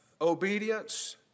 obedience